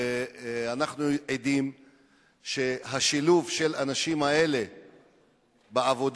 אנחנו עדים שהשילוב של אנשים אלה בעבודה